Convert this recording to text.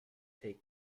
take